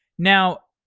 now,